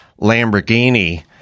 lamborghini